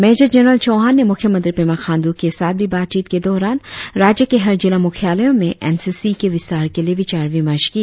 major general Chauhan ने मुख्य मंत्री पेमा खाण्ड्र के साथ भी बातचित के दौरान राज्य के हर जिला मुख्यालयों में एन सी सी के विस्तार के लिए विचार विमर्श किया